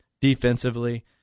defensively